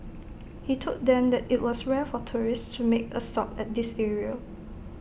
he told them that IT was rare for tourists to make A stop at this area